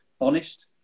honest